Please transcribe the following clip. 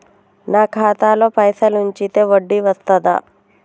నాకు ఖాతాలో పైసలు ఉంచితే వడ్డీ వస్తదా?